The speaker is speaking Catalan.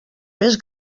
més